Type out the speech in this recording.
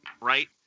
Right